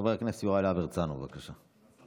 חבר הכנסת יוראי להב הרצנו, בבקשה.